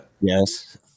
Yes